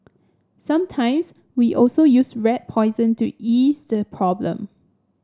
sometimes we also use rat poison to ease the problem